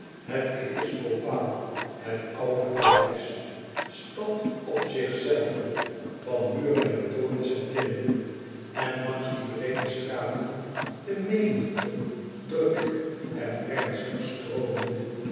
het episcopaal het oude paleis stad op zichzelve van muren en torens en tinnen en langs die breede straten de menigte druk en ernstig stroomende